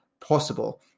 possible